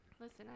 Listen